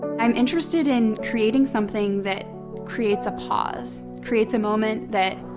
i'm interested in creating something that creates a pause, creates a moment that,